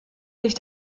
sich